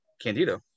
Candido